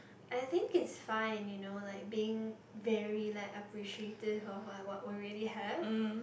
I think it's fine you know like being very like appreciative of what what were really have